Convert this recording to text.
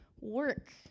work